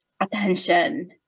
attention